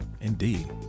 Indeed